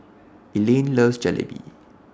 Elayne loves Jalebi